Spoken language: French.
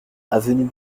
avenue